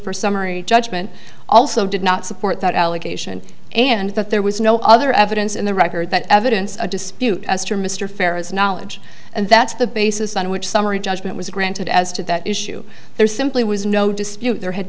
for summary judgment also did not support that allegation and that there was no other evidence in the record that evidence a dispute as to mr farrow's knowledge and that's the basis on which summary judgment was granted as to that issue there simply was no dispute there had